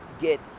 get